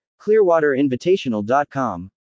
clearwaterinvitational.com